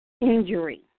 injury